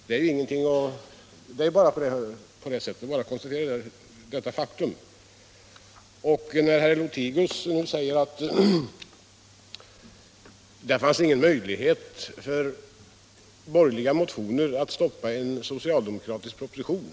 Det är nu bara att konstatera detta faktum. Herr Lothigius säger att det inte fanns någon möjlighet för borgerliga motionärer att stoppa en socialdemokratisk proposition.